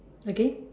again